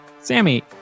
sammy